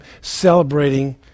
celebrating